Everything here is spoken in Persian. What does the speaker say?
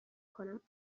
کنم